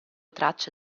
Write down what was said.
tracce